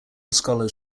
scholars